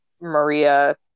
Maria